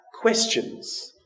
questions